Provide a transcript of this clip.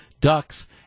ducks